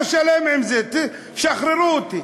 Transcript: לא שלם עם זה, תשחררו אותי.